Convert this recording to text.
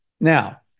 Now